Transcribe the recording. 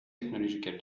technological